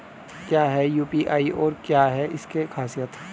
क्या है यू.पी.आई और क्या है इसकी खासियत?